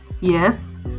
Yes